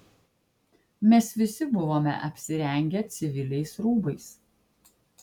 mes visi buvome apsirengę civiliais rūbais